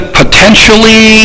potentially